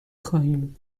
خواهیم